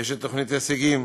יש תוכנית הישגים,